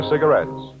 Cigarettes